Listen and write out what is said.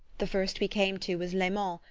the first we came to was laimont,